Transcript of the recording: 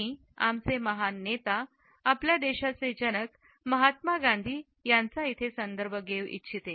मी आमचे महान नेता आपल्या देशाचे जनक महात्मा गांधी यांचे संदर्भ घेऊ इच्छित